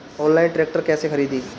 Online tractor कैसे खरदी?